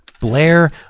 Blair